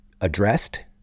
addressed